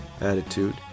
attitude